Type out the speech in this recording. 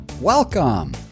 Welcome